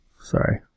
Sorry